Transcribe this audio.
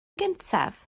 gyntaf